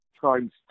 times